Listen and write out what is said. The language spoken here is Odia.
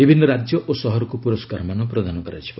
ବିଭିନ୍ନ ରାଜ୍ୟ ଓ ସହରକୁ ପୁରସ୍କାରମାନ ପ୍ରଦାନ କରାଯିବ